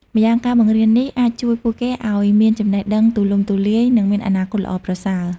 ម្យ៉ាងការបង្រៀននេះអាចជួយពួកគេឱ្យមានចំណេះដឹងទូលំទូលាយ និងមានអនាគតល្អប្រសើរ។